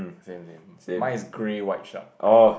same same mine is grey white shark